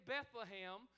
Bethlehem